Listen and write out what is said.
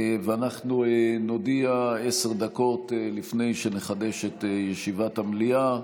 ואנחנו נודיע עשר דקות לפני שנחדש את ישיבת המליאה.